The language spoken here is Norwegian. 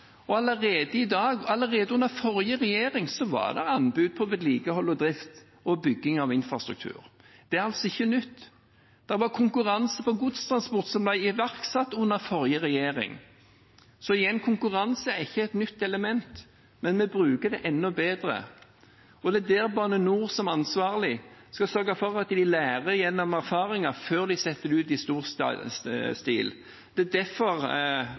infrastrukturen. Allerede under forrige regjering var det anbud på vedlikehold, drift og bygging av infrastruktur. Det er altså ikke noe nytt. Det er bare konkurranse på godstransport som ble iverksatt under forrige regjering. Så igjen: Konkurranse er ikke et nytt element, men vi bruker det enda bedre. Og det er der Bane NOR som ansvarlig skal sørge for at de lærer gjennom erfaring før de setter det ut i stor stil. Det er derfor